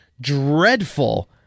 dreadful